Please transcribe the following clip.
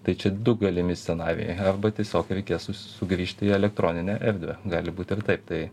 tai čia du galimi scenarijai arba tiesiog reikės su sugrįžti į elektroninę erdvę gali būt ir taip tai